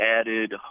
added